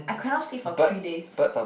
I cannot sleep for three days